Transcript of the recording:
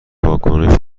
واکنش